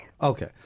Okay